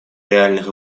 реальных